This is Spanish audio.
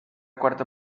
cuarto